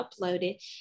uploaded